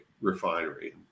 Refinery